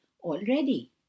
already